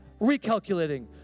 Recalculating